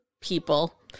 people